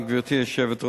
תודה, גברתי היושבת-ראש.